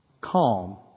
Calm